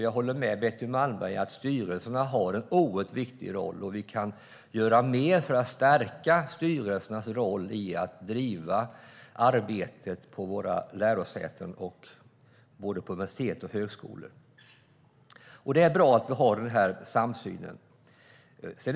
Jag håller med Betty Malmberg om att styrelserna har en oerhört viktig roll, och vi kan göra mer för att stärka styrelsernas roll i att driva arbetet på våra lärosäten, både på universitet och på högskolor. Det är bra att vi har denna samsyn.